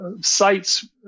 sites